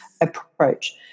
approach